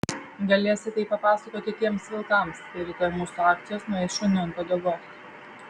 galėsi tai papasakoti tiems vilkams kai rytoj mūsų akcijos nueis šuniui ant uodegos